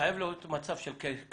זה חייב להיות מצב של כפל.